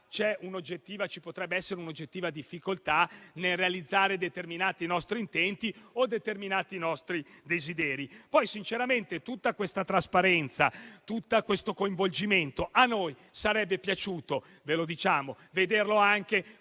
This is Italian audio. ci potrebbe essere un'oggettiva difficoltà nel realizzare determinati nostri intenti o desideri. Sinceramente, poi, tutta questa trasparenza, tutto questo coinvolgimento a noi sarebbe piaciuto vederli anche